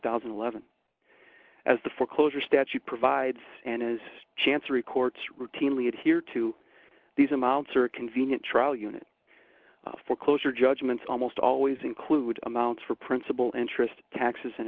thousand and eleven as the foreclosure statute provides and as chancery courts routinely adhere to these amounts or convenient trial unit foreclosure judgments almost always include amounts for principal interest taxes and